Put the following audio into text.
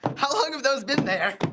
how long have those been there?